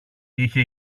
είχε